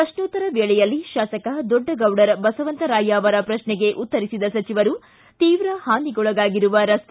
ಪ್ರಶ್ನೋತ್ತರ ವೇಳೆಯಲ್ಲಿ ಶಾಸಕ ದೊಡ್ಡಗೌಡರ ಬಸವಂತರಾಯ ಅವರ ಪ್ರಶ್ನೆಗೆ ಉತ್ತರಿಸಿದ ಸಚಿವರು ತೀವ್ರ ಪಾನಿಗೊಳಗಾಗಿರುವ ರಸ್ತೆ